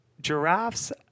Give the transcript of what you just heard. giraffes